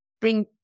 bring